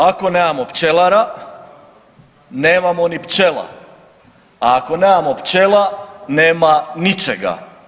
Ako nemamo pčelara, nemamo ni pčela, a ako nemamo pčela, nema ničega.